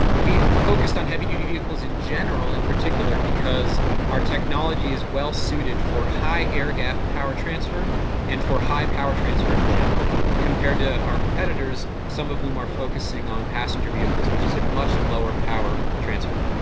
we've focused on heavy-duty vehicles in general in particular because our technology is well suited for high airgap power transfer and for higher power transfer in general, compared to our competitors, some of whom are focusing on passenger vehicles, which is a much lower power transfer.